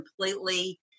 completely